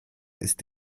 ist